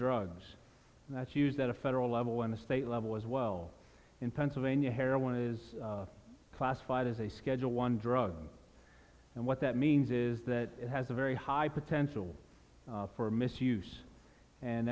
drugs that's used at a federal level in the state level as well in pennsylvania heroin is classified as a schedule one drug and what that means is that it has a very high potential for misuse and